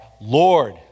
Lord